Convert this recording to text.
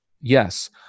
yes